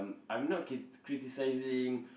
mm I'm not crit~ criticizing